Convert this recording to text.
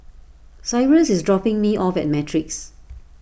Cyrus is dropping me off at Matrix